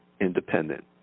independent